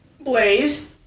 Blaze